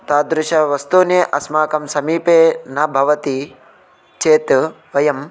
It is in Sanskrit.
तादृशानि वस्तूनि अस्माकं समीपे न भवति चेत् वयम्